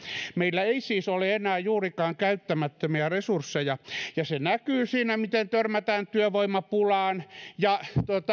meillä ei siis ole enää juurikaan käyttämättömiä resursseja ja se näkyy siinä miten törmätään työvoimapulaan